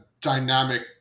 dynamic